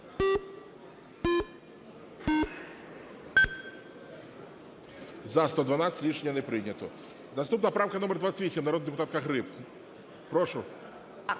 За-112 Рішення не прийнято. Наступна правка номер 28, народна депутатка Гриб. Прошу.